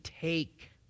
take